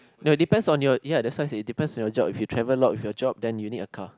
no depends on your ya that why I say depends on your job if you travel a lot with your job then you need a car